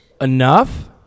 Enough